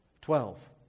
Twelve